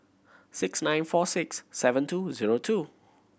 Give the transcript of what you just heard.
six nine four six seven two zero two